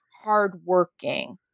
hardworking